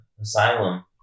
Asylum